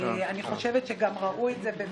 טוב, אני עובר להצבעה.